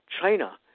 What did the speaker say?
China